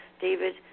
David